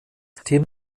tim